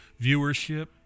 viewership